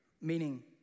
meaning